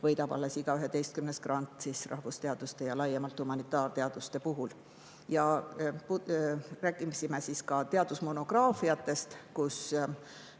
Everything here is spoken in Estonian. võidab alles iga 11. grant rahvusteaduste ja laiemalt humanitaarteaduste puhul. Veel rääkisime teadusmonograafiatest,